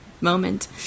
moment